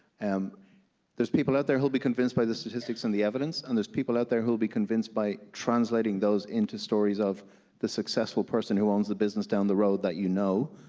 um there's people out there who'll be convinced by the statistics and the evidence, and there's people out there who'll be convinced by translating those into stories of the successful person who own the business down the road that you know,